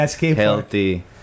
healthy